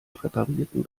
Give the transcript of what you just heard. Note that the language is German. präparierten